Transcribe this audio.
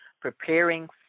preparing